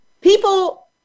people